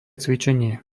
cvičenie